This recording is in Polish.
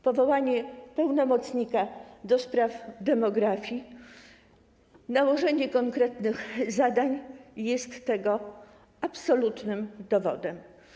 Powołanie pełnomocnika do spraw demografii, nałożenie konkretnych zadań są tego absolutnymi dowodami.